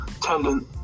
tendon